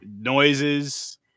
Noises